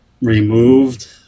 removed